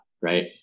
Right